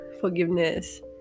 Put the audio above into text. forgiveness